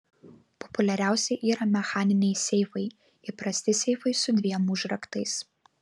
populiariausi yra mechaniniai seifai įprasti seifai su dviem užraktais